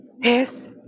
yes